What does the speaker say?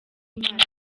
imana